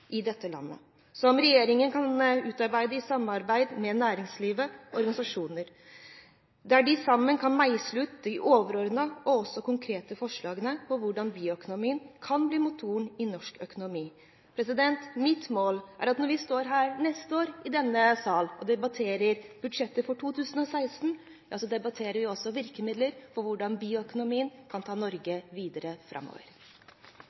i dette landet, en strategi som regjeringen kan utarbeide i samarbeid med næringslivet og organisasjonene. Sammen kan de meisle ut de overordnede – og også de konkrete – forslagene om hvordan bioøkonomien kan bli motoren i norsk økonomi. Mitt mål er at når vi neste år står i denne sal og debatterer budsjettet for 2016, debatterer vi også virkemidler for hvordan bioøkonomien kan ta Norge videre framover.